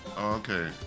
okay